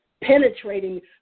penetrating